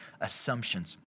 assumptions